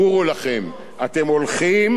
גורו לכם, אתם הולכים